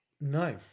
no